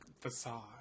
facade